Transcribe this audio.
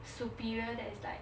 superior that is like